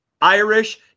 irish